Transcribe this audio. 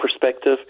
perspective